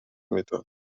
میداد